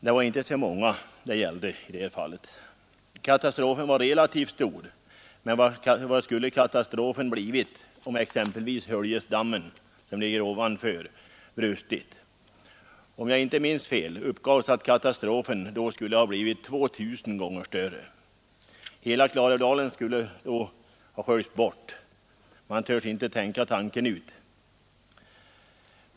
Det var inte särskilt många det gällde i det här fallet. Katastrofen var relativt stor. Men vad skulle katastrofen ha medfört, om exempelvis Höljesdammen, som ligger ovanför, hade brustit? Om jag inte minns fel uppgavs att katastrofen då skulle ha blivit 2 000 gånger större. Hela Klarälvsdalen skulle då ha sköljts bort. Man törs inte tänka tanken ut.